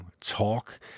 talk